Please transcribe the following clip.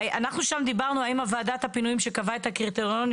אנחנו שם דיברנו האם ועדת הפינויים שקבעה את הקריטריונים